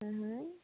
হয় হয়